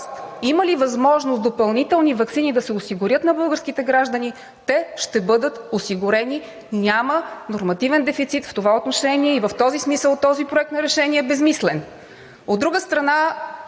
има ли възможност допълнителни ваксини да се осигурят на българските граждани, те ще бъдат осигурени – няма нормативен дефицит в това отношение. И в този смисъл този Проект на решение е безсмислен.